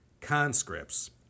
Conscripts